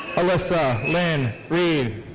alyssa lynn reed.